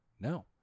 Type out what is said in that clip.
No